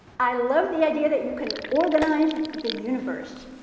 i love the idea that you can organize the universe,